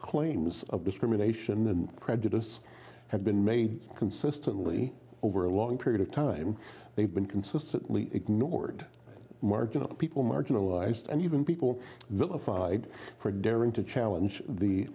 claims of discrimination and prejudice have been made consistently over a long period of time they've been consistently ignored marginal people marginalized and even people vilified for daring to challenge the